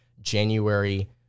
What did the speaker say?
January